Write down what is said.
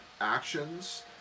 actions